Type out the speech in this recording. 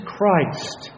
Christ